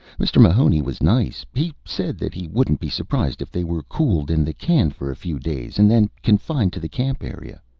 mr. mahoney was nice. he said that he wouldn't be surprised if they were cooled in the can for a few days, and then confined to the camp area.